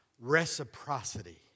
reciprocity